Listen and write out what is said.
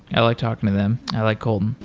i like talking to them. i like kolton.